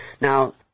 now